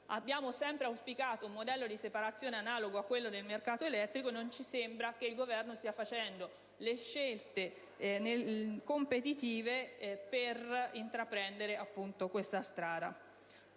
Abbiamo sempre auspicato un modello di separazione analogo a quello del mercato elettrico, e non ci sembra che il Governo stia facendo le scelte competitive per intraprendere questa strada.